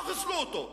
לא חיסלו אותו,